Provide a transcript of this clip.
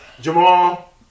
Jamal